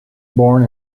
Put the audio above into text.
born